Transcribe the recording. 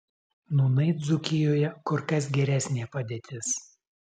nūnai dzūkijoje kur kas geresnė padėtis